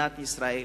מדינת ישראל.